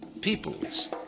peoples